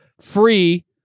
free